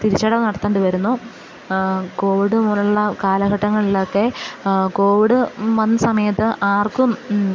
തിരിച്ചടവ് നടത്തേണ്ടി വരുന്നു കോവിഡ് പോലെയുള്ള കാലഘട്ടങ്ങളിലൊക്കെ കോവിഡ് വന്ന സമയത്ത് ആർക്കും